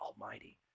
Almighty